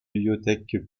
bibliothèque